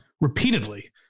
repeatedly